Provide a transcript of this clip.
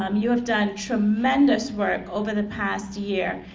um you have done tremendous work over the past year,